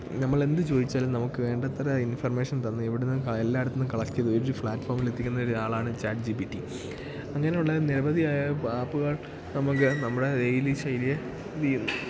നമ്മളെന്തു ചോദിച്ചാലും നമുക്ക് വേണ്ടത്ര ഇൻഫർമേഷൻ തന്ന് എവിടെനിന്നും എല്ലായിടത്തുനിന്നും കളക്റ്റ് ചെയ്ത് ഒരു പ്ലാറ്റ്ഫോമിലെത്തിക്കുന്ന ഒരാളാണ് ചാറ്റ് ജീ പ്പീ റ്റി അങ്ങനെയുള്ള നിരവധിയായ ആപ്പുകൾ നമുക്ക് നമ്മുടെ ഡെയ്ലി ശൈലിയേ ഇതു ചെയ്ത്